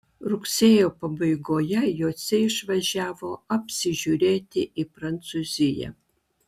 rugsėjo pabaigoje jociai išvažiavo apsižiūrėti į prancūziją